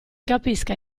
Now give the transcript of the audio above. capisca